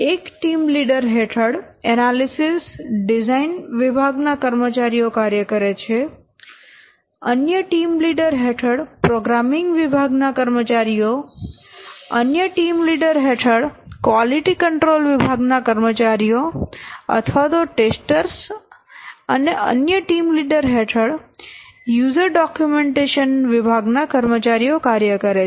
એક team leader હેઠળ એનાલિસીસડિઝાઇન analysisdesign વિભાગ ના કર્મચારીઓ કાર્ય કરે છે અન્ય ટીમ લીડર હેઠળ પ્રોગ્રામીંગ વિભાગ ના કર્મચારીઓ અન્ય ટીમ લીડર હેઠળ કવાલીટી કન્ટ્રોલ વિભાગ ના કર્મચારીઓ અથવા તો ટેસ્ટર્સ અને અન્ય ટીમ લીડર હેઠળ યુઝર ડોક્યુમેન્ટેશન વિભાગ ના કર્મચારીઓ કાર્ય કરે છે